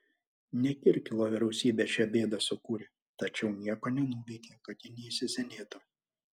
ne kirkilo vyriausybė šią bėdą sukūrė tačiau nieko nenuveikė kad ji neįsisenėtų